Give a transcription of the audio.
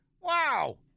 Wow